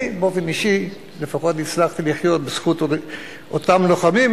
אני באופן אישי לפחות הצלחתי לחיות בזכות אותם לוחמים,